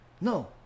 no